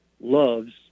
loves